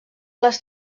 les